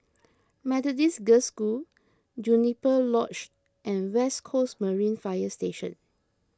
Methodist Girls' School Juniper Lodge and West Coast Marine Fire Station